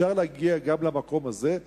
אפשר להגיע גם למקום הזה.